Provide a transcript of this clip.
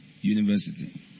University